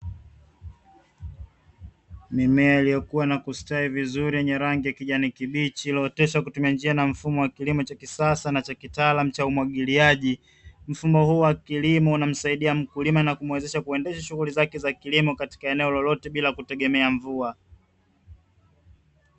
Mimea iliyokuwa na kustawi vizuri yenye rangi ya kijani kibichi iliyooteshwa kutumia njia na mfumo wa kilimo cha kisasa na kitaalamu cha umwagiliaji. Mfumo huu wa kilimo unamsaidia mkulima na kumuwezesha kuendesha shughuli zake za kilimo katika eneo lolote bila kutegemea mvua.